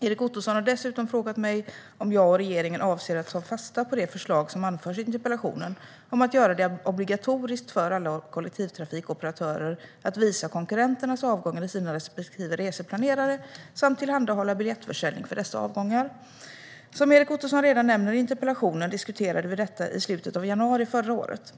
Erik Ottoson har dessutom frågat mig om jag och regeringen avser att ta fasta på det förslag som anförs i interpellationen om att göra det obligatoriskt för alla kollektivtrafikoperatörer att visa konkurrenternas avgångar i sina respektive reseplanerare samt tillhandahålla biljettförsäljning för dessa avgångar. Som Erik Ottoson redan nämner i interpellationen diskuterade vi detta i slutet av januari förra året.